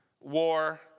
war